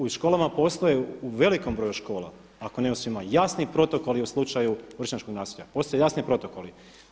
U školama postoje u velikom broju škola, ako ne u svima, jasni protokoli u slučaju vršnjačkog nasilja, postoje jasni protokoli.